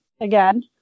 again